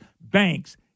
banks